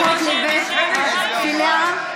הנחות לבתי תפילה),